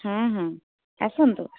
ହଁ ହଁ ଆସନ୍ତୁ